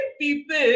people